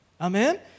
Amen